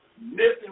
missing